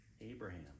Abraham